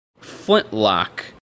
Flintlock